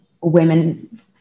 women